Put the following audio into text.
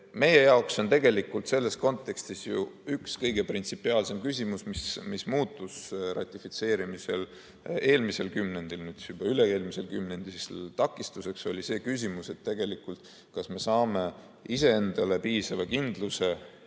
Meie jaoks on tegelikult selles kontekstis üks kõige printsipiaalsemaid küsimusi, mis muutus ratifitseerimisele eelmisel kümnendil, nüüd juba üle-eelmisel kümnendil takistuseks, see, kas me saame iseendale piisava kindluse,